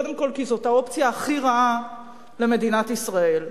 קודם כול, כי זאת האופציה הכי רעה למדינת ישראל.